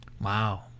Wow